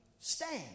stand